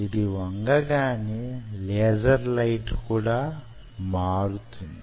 ఇది వంగగానే laser light కూడా మారుతుంది